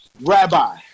Rabbi